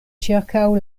ĉirkaŭ